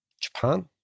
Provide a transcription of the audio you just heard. Japan